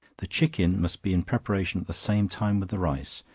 the chicken must be in preparation at the same time with the rice,